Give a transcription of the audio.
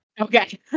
okay